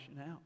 out